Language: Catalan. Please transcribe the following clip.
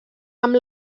amb